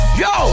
yo